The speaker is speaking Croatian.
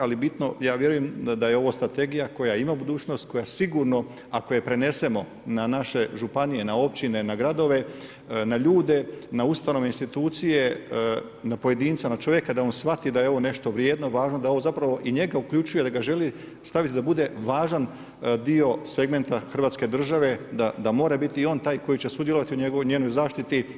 Ali bitno ja vjerujem da je ovo strategija koja ima budućnost, koja sigurno ako je prenesemo na naše županije, na općine, na gradove, na ljude, na ustanove, institucije, na pojedinca, na čovjeka da on shvati da je ovo nešto vrijedno, važno, da ovo zapravo i njega uključuje ili ga želi staviti da bude važan dio segmenta Hrvatske države, da mora biti i on taj koji će sudjelovati u njenoj zaštiti.